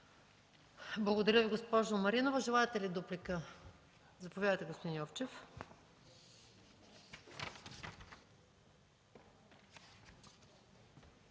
Благодаря Ви, господин Монев. Желаете ли дуплика? Заповядайте, господин Йовчев.